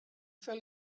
fell